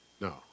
no